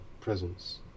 presence